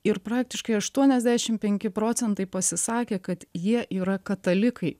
ir praktiškai aštuoniasdešim penki procentai pasisakė kad jie yra katalikai